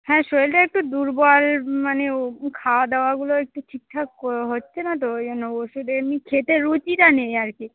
হ্যাঁ শরীরটা একটু দুর্বল মানে খাওয়া দাওয়াগুলো একটু ঠিকঠাক হচ্ছে না ওই জন্য ওষু্ধ এমনি খেতে রুচিটা নেই আর কি